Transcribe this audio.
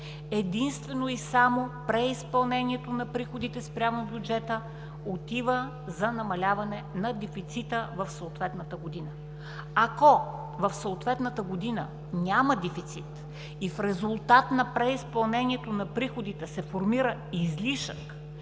Единствено и само преизпълнението на приходите спрямо бюджета отива за намаляване на дефицита в съответната година. Ако в съответната година няма дефицит и в резултат на преизпълнението на приходите се формира излишък,